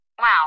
Wow